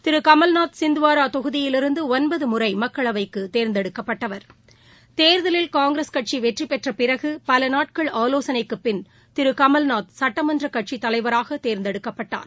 திரு கமல்நாத் சிந்துவாரா தொகுதியிலிருந்து ஒன்பது முறை மக்களவைக்கு தேர்ந்தெடுக்கப்பட்டவர் தோதலில் காங்கிரஸ் கட்சி வெற்றி பெற்ற பிறகு பலநாட்கள் ஆலோசனைக்குப் பின் திரு கமல்நாத் சட்டமன்ற கட்சியின் தலைவராக தேர்ந்தெடுக்கப்பட்டார்